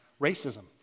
racism